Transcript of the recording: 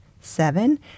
seven